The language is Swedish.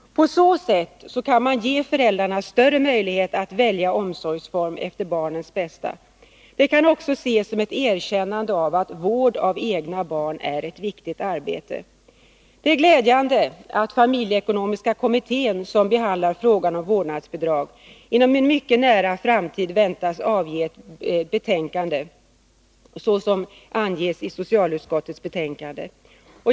På så sätt kan man ge föräldrarna större möjlighet att välja omsorgsform efter barnets bästa. Den kan också ses som ett erkännande av att vård av egna barn är ett viktigt arbete. Det är glädjande att familjeekonomiska kommittén, som behandlar frågan om vårdnadsbidrag, inom en mycket nära framtid väntas avge ett betänkande.